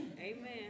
Amen